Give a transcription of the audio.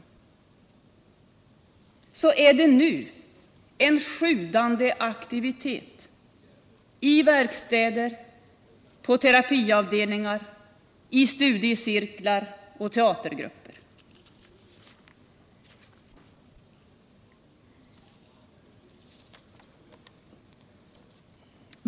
Numera är det en sjudande aktivitet i verkstäder, på terapiavdelningar, i studiecirklar och i teatergrupper.